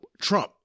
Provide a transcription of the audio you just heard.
Trump